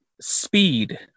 speed